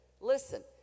listen